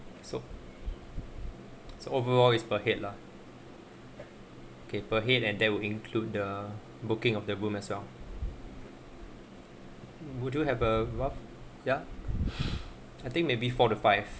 so so overall is per head lah K per head and that will include the booking of the room as well would you have uh yup I think maybe four or five